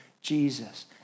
Jesus